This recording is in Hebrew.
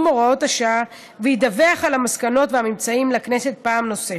הוראת השעה וידווח על המסקנות והממצאים לכנסת פעם נוספת.